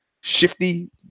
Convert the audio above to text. shifty